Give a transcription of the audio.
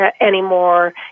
anymore